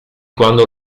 quando